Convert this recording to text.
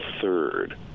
third